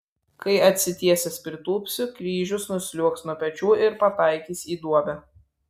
kai atsitiesęs pritūpsiu kryžius nusliuogs nuo pečių ir pataikys į duobę